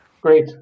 great